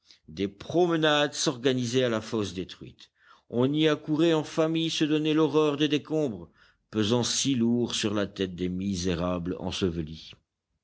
des promenades s'organisaient à la fosse détruite on y accourait en famille se donner l'horreur des décombres pesant si lourd sur la tête des misérables ensevelis